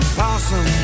possum